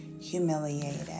humiliated